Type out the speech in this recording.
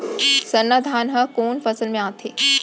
सरना धान ह कोन फसल में आथे?